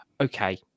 okay